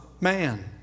man